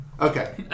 okay